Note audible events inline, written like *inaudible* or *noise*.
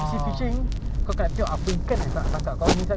kau tangkap banyak *coughs*